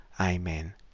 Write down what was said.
Amen